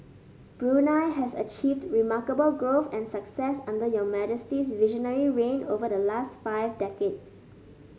Brunei has achieved remarkable growth and success under your Majesty's visionary reign over the last five decades